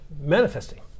manifesting